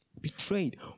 Betrayed